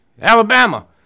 Alabama